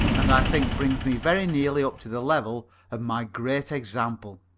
and i think brings me very nearly up to the level of my great example.